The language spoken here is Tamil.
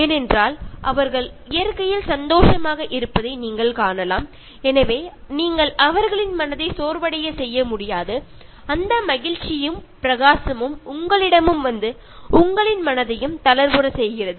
ஏனென்றால் அவர்கள் இயற்கையில் சந்தோஷமாக இருப்பதை நீங்கள் காணலாம் எனவே நீங்கள் அவர்களின் மனதை சோர்வடையச் செய்ய முடியாது அந்த மகிழ்ச்சியும் பிரகாசமும் உங்களிடமும் வந்து உங்களின் மனதையும் தளர்வுறச் செய்கிறது